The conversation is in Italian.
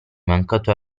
mancato